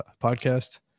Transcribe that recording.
podcast